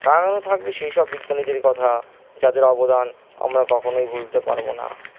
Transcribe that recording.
টাঙানো থাকবে সেই সব বিজ্ঞানীদের কথা যাদের অবদান আমরা কখনোই ভুলতে পারবো না